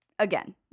Again